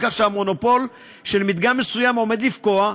כך שהמונופול של מדגם מסוים עומד לפקוע,